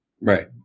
Right